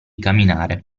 camminare